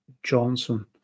Johnson